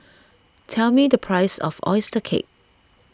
tell me the price of Oyster Cake